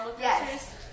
Yes